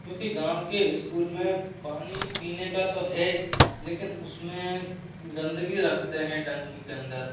क्योंकि गाँव के स्कूल में पानी पीने का तो है लेकिन उसमें गन्दगी रखते है टंकी के अन्दर